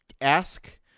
ask